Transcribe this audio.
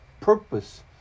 purpose